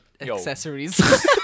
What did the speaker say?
accessories